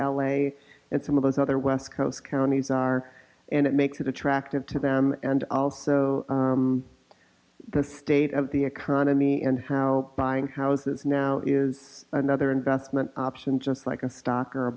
a and some of those other west coast counties are and it makes it attractive to them and also the state of the economy and how buying houses now is another investment option just like a stock